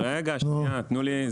רגע, תנו לי.